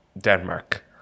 Denmark